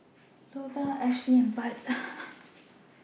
Lota Ashleigh and Bud